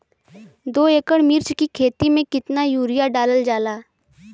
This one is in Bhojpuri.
दो एकड़ मिर्च की खेती में कितना यूरिया डालल जाला?